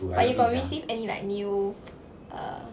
but you got receive any like new err